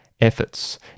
efforts